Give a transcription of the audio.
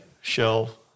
shelf